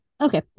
okay